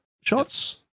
shots